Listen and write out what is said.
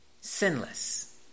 sinless